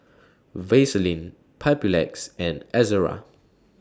Vaselin Papulex and Ezerra